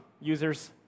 users